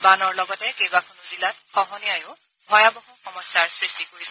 বানৰ লগতে কেইবাখনো জিলাত খহনীয়াইও ভয়াৱহ সমস্যাৰ সৃষ্টি কৰিছে